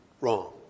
Wrong